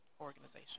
Organization